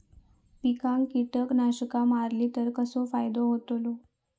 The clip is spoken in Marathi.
पिकांक कीटकनाशका मारली तर कसो फायदो होतलो?